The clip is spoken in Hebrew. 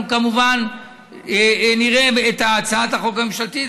אנחנו כמובן נראה את הצעת החוק הממשלתית,